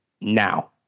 now